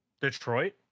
Detroit